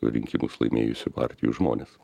rinkimus laimėjusių partijų žmonės